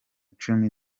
cumi